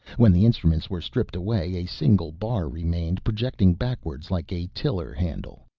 when the instruments were stripped away a single bar remained projecting backwards like a tiller handle.